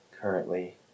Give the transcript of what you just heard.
currently